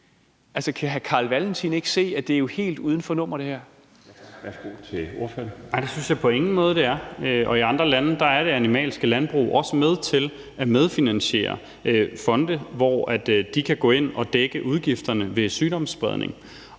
Kl. 21:57 Carl Valentin (SF): Nej, det synes jeg på ingen måde det er. I andre lande er det animalske landbrug også med til at medfinansiere fonde, som kan gå ind og dække udgifterne ved sygdomsspredning.